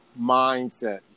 mindset